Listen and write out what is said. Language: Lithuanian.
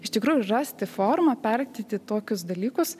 iš tikrųjų rasti formą perteikti tokius dalykus